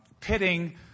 pitting